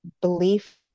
belief